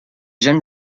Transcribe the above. jeunes